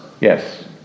Yes